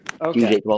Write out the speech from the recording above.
Okay